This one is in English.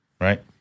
right